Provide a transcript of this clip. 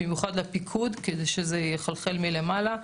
במיוחד לפיקוד כדי שזה יחלחל מלמעלה,